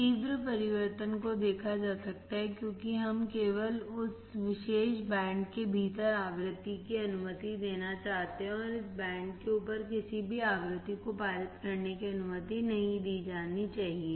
तीव्र परिवर्तन को देखा जा सकता है क्योंकि हम केवल इस विशेष बैंड के भीतर आवृत्ति की अनुमति देना चाहते हैं और इस बैंड के ऊपर किसी भी आवृत्ति को पारित करने की अनुमति नहीं दी जानी चाहिए